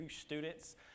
students